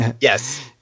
Yes